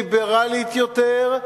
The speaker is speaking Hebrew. ליברלית יותר,